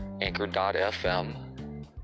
anchor.fm